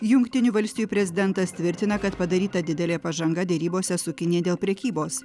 jungtinių valstijų prezidentas tvirtina kad padaryta didelė pažanga derybose su kinija dėl prekybos